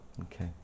Okay